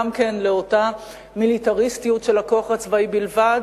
גם כן לאותה מיליטריסטיות של הכוח הצבאי בלבד,